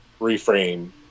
reframe